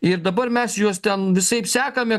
ir dabar mes juos ten visaip sekame